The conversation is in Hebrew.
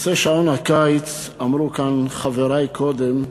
נושא שעון הקיץ, אמרו כאן חברי קודם,